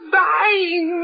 dying